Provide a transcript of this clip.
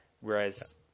Whereas